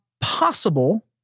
possible